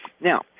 Now